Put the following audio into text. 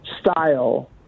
style